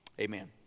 Amen